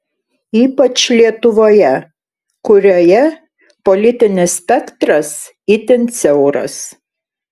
ypač lietuvoje kurioje politinis spektras itin siauras